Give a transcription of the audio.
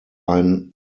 ein